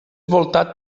voltat